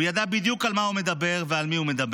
הוא ידע בדיוק על מה הוא מדבר, ועל מי הוא מדבר.